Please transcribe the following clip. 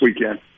weekend